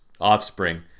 offspring